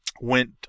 went